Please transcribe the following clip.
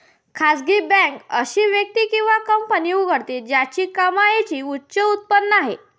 खासगी बँक अशी व्यक्ती किंवा कंपनी उघडते ज्याची कमाईची उच्च उत्पन्न आहे